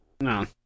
no